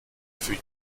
für